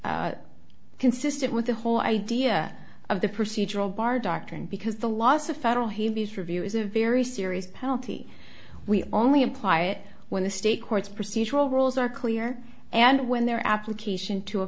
not consistent with the whole idea of the procedural bar doctrine because the loss of federal habeas review is a very serious penalty we only apply it when the state courts procedural rules are clear and when their application to a